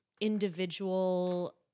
individual